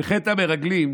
בחטא המרגלים.